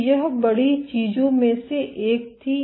तो यह बड़ी चीजों में से एक थी